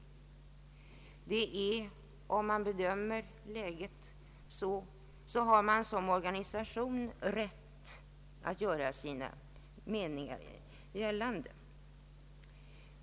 En organisation har rätt att göra sin mening gällande.